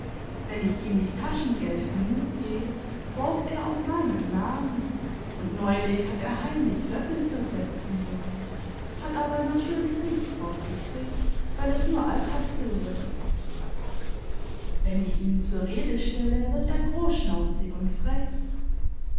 wenn ich ihm nicht taschengeld genug geb borgt er auf meinen namen und neulich hat er heimlich löffel versetzen wollen hat aber natürlich nichts drauf gekriegt weil es nur alpakkasilber ist wenn ich ihn zur rede stelle wird er großschnauzig und frech